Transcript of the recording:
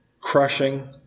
crushing